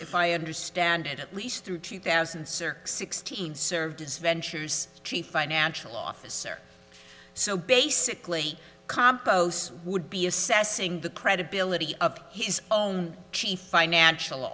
if i understand it at least through two thousand and six sixteen served as ventures chief financial officer so basically compos would be assessing the credibility of his own chief financial